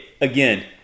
Again